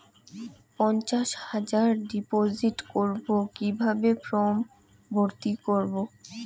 পঞ্চাশ হাজার ডিপোজিট করবো কিভাবে ফর্ম ভর্তি করবো?